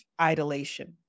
idolation